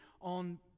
on